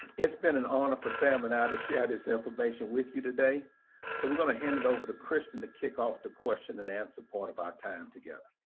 it's been an honor for sam and i to share this information with you today. so we're gonna hand it over to kristen to kick off the question and answer part of our time together.